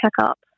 checkup